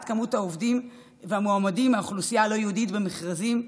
כמות העובדים והמועמדים הלא-יהודים במכרזים,